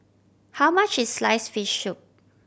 how much is sliced fish soup